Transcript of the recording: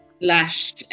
Lash